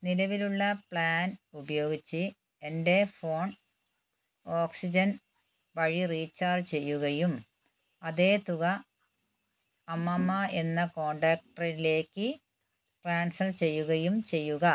നിലവിലുള്ള പ്ലാൻ ഉപയോഗിച്ച് എൻ്റെ ഫോൺ ഓക്സിജൻ വഴി റീചാർജ് ചെയ്യുകയും അതെ തുക അമ്മാമ എന്ന കോൺടാക്റ്റിലേക്ക് ട്രാൻസ്ഫർ ചെയ്യുകയും ചെയ്യുക